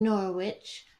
norwich